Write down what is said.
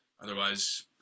otherwise –